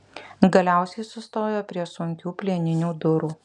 galiausiai sustojo prie sunkių plieninių durų